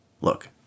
Look